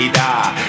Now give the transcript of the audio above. die